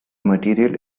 material